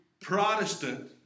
Protestant